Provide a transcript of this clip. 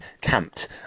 camped